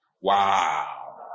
Wow